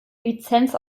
lizenz